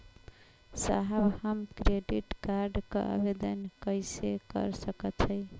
साहब हम credit card क आवेदन कइसे कर सकत हई?